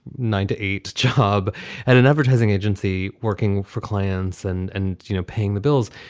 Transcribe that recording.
nine to eight job at an advertising agency working for clance and, and you know, paying the bills,